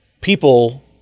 people